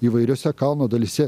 įvairiose kalno dalyse